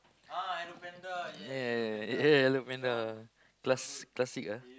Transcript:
yeah yeah yeah eh Hello-Panda class~ classic ah